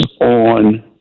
on